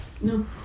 No